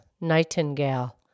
Nightingale